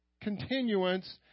continuance